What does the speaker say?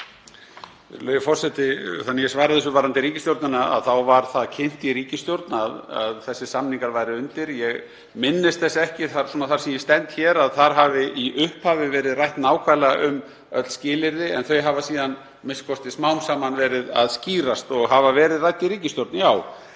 Þannig að ég svari þessu varðandi ríkisstjórnina þá var það kynnt í ríkisstjórn að þessir samningar væru undir. Ég minnist þess ekki þar sem ég stend hér að þar hafi í upphafi verið rætt nákvæmlega um öll skilyrði, en þau hafa síðan a.m.k. smám saman verið að skýrast og hafa verið rædd í ríkisstjórn,